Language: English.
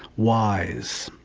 wise.